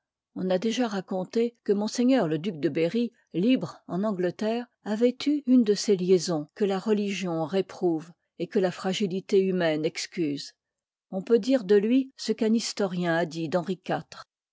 on a déjà raconté que ms le duc de rerry libre en angleterre avoit eu une de ces liaisons que la religion réprouve et que la fragilité humaine excuse on peut dire de lui ce qu'un historien a dit